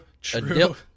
true